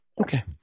Okay